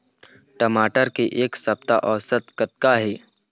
टमाटर के एक सप्ता औसत कतका हे?